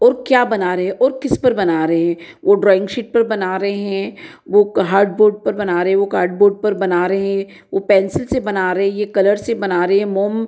और क्या बना रहे ओर किस पर बना रहे हें वो ड्रॉइंग शीट पर बना रहे हैं वो हार्डबोर्ड पर बना रहे वो कार्डबोर्ड पर बना रहे हैं वो पेंसिल से बना रहे ये कलर से बना रहे मोम है